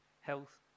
health